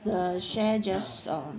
the share just um